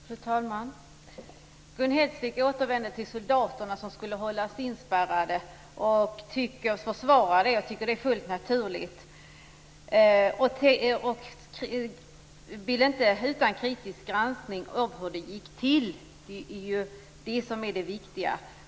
Fru talman! Gun Hellsvik återvände till soldaterna som skulle hållas inspärrade. Hon försvarar detta och tycker att det är fullt naturligt - utan kritisk granskning av hur det gick till. Det är ju det som är det viktiga.